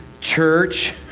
church